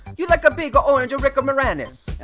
you're like a big orange rick moranis.